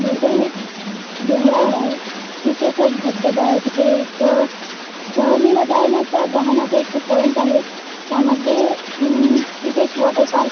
bore धरण एक डोंगरावर आहे तिथे असा एक धबधबा आहे तिथे एक सहलीला जायण्याचा जाण्याचा एक पॉइंट आहे त्यामध्ये तिथे एक वॉटर पार्क